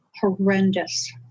horrendous